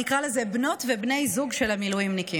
אני אקרא לזה בנות ובני הזוג של המילואימניקים,